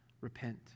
repent